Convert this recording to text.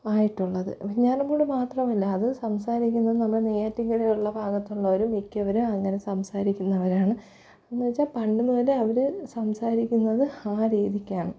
ആയിട്ടുള്ളത് വെഞ്ഞാറമ്മൂട് മാത്രമല്ല അത് സംസാരിക്കുന്നത് നമ്മുടെ നെയ്യാറ്റിൻകര ഉള്ള ഭാഗത്തുള്ളവരും മിക്കവരും അങ്ങനെ സംസാരിക്കുന്നവരാണ് എന്നുവെച്ചാൽ പണ്ടുമുതലേ അവർ സംസാരിക്കുന്നത് ആ രീതിക്കാണ്